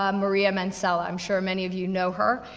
um maria mansella, i'm sure many of you know her.